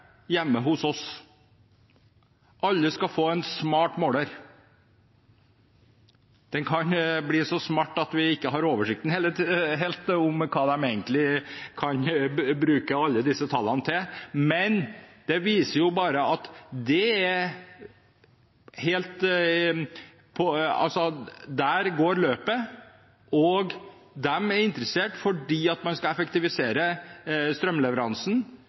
hjemme hos oss. Alle skal få en smart måler. Den kan bli så smart at vi ikke helt har oversikten over hva de egentlig kan bruke alle disse tallene til, men det viser jo bare at der går løpet, og de er interessert fordi man skal effektivisere strømleveransen.